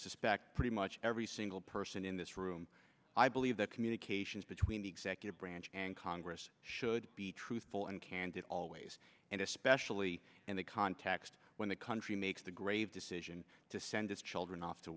suspect pretty much every single person in this room i believe the communications between the executive branch and congress should be truthful and candid always and especially in the context when the country makes the grave decision to send its children off to